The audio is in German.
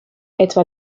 etwa